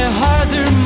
harder